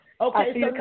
Okay